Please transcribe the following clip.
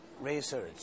research